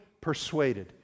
persuaded